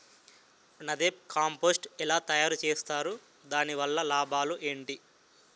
NADEP compost ఎలా తయారు చేస్తారు? దాని వల్ల లాభాలు ఏంటి?